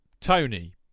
Tony